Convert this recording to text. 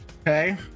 Okay